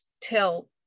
tell